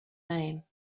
name